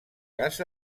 cas